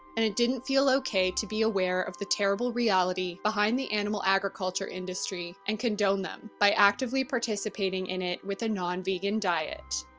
and it didn't feel okay to be aware of the terrible reality behind the animal agriculture industry and condone them by actively participating in it with a non-vegan diet.